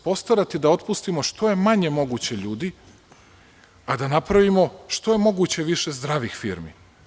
Postaraćemo se da otpustimo što je manje moguće ljudi, a da napravimo što je moguće više zdravih firmi.